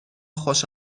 خوش